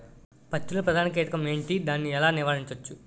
పత్తి లో ప్రధాన కీటకం ఎంటి? దాని ఎలా నీవారించచ్చు?